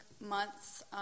months